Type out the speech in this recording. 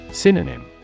Synonym